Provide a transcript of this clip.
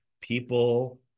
people